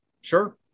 sure